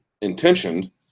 intentioned